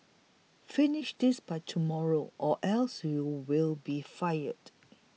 finish this by tomorrow or else you will be fired